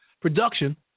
production